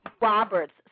Roberts